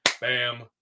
Bam